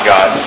God